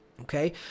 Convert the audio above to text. okay